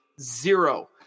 zero